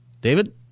David